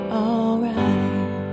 alright